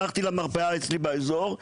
הלכתי למרפאה אצלי באזור,